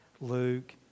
Luke